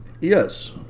Yes